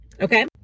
okay